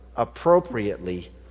appropriately